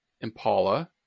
impala